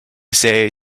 say